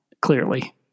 Clearly